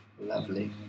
Lovely